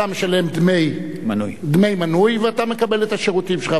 אתה משלם דמי מנוי ואתה מקבל את השירותים שלך.